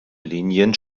linien